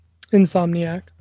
Insomniac